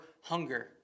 hunger